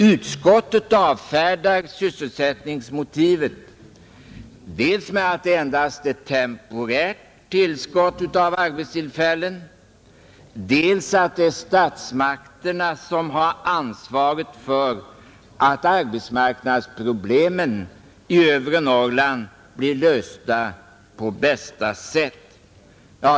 Utskottet avfärdar sysselsättningsmotivet dels med att det endast är fråga om ett temporärt tillskott av arbetstillfällen, dels med att det är statsmakterna som har ansvaret för att arbetsmarknadsproblemen i övre Norrland blir lösta på bästa sätt.